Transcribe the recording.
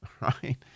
right